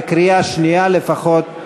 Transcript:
בקריאה שנייה לפחות,